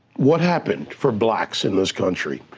what happened for blacks in this country,